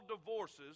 divorces